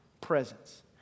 presence